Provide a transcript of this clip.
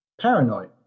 Paranoid